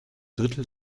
drittel